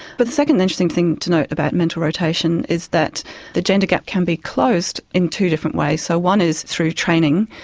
but the second thing to note about mental rotation is that the gender gap can be closed in two different ways. so one is through training,